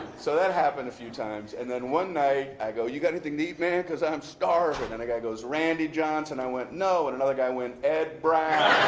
so that happened a few times. and then, one night i go, you got anything to eat, man because i'm starving. and a guy goes, randy johnson. i went, no. and another guy went, ed brown.